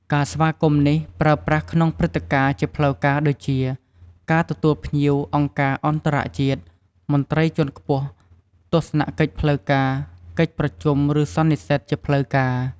ការស្វាគមន៍នេះប្រើប្រាស់ក្នុងព្រឹត្តិការណ៍ជាផ្លូវការដូចជា ការទទួលភ្ញៀវអង្គការអន្តរជាតិ មន្ត្រីជាន់ខ្ពស់ ទស្សនកិច្ចផ្លូវការ កិច្ចប្រជុំឬសន្និសីទជាផ្លូវការ។